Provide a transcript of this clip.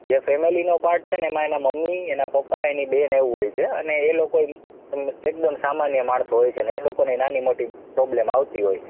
જે ફેમીલીનો પાર્ટ છે ને એમાં એનાં મમ્મી એના પપ્પા એની બેન એવું હોય છે અને એ લોકોય એકદમ સામાન્ય માણસો હોય છે ને એ લોકોનેય નાની મોટી પ્રોબ્લેમ આવતી હોય